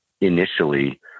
initially